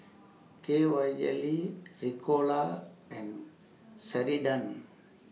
K Y Jelly Ricola and Ceradan